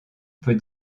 peut